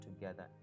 together